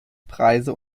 preise